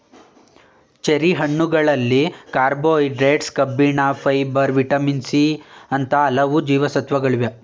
cherry ಹಣ್ಣುಗಳಲ್ಲಿ carbohydrates, ಕಬ್ಬಿಣ, fibre, vitamin C ಅಂತ ಹಲವು ಜೀವಸತ್ವಗಳಿವೆ